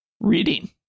reading